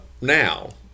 now